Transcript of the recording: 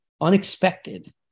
unexpected